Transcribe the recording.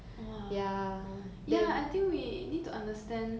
!wah! ya I think we need to understand